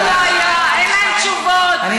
הרי אין תשובות לממשלה הזאת,